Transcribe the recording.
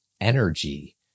energy